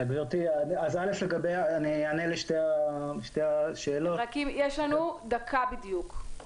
אני אענה לשתי השאלות -- יש לנו דקה בדיוק.